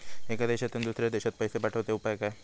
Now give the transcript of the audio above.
एका देशातून दुसऱ्या देशात पैसे पाठवचे उपाय काय?